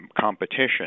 competition